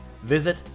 Visit